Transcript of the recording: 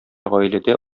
гаиләдә